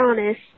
honest